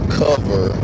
cover